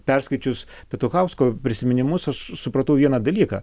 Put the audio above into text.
perskaičius petuchausko prisiminimus aš supratau vieną dalyką